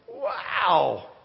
wow